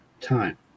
Time